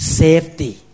safety